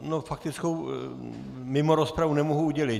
No faktickou mimo rozpravu nemohu udělit.